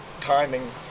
timing